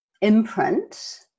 imprint